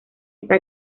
está